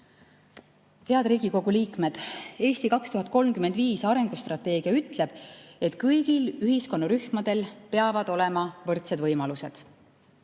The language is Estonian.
Head Riigikogu liikmed! "Eesti 2035" arengustrateegia ütleb, et kõigil ühiskonnarühmadel peavad olema võrdsed võimalused.